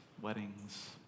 weddings